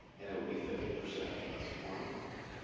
and it would be fifty percent plus one.